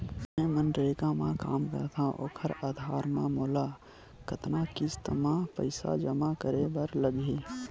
मैं मनरेगा म काम करथव, ओखर आधार म मोला कतना किस्त म पईसा जमा करे बर लगही?